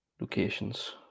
locations